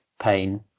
pain